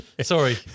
Sorry